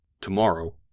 Tomorrow